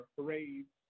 parades